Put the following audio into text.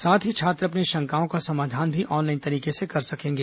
साथ ही छात्र अपनी शंकाओं का समाधान भी ऑनलाइन तरीके से कर सकेंगे